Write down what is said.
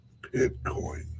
Bitcoin